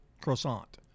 croissant